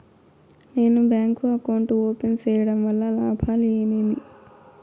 నేను bank account open సేయడం వల్ల లాభాలు ఏమేమి?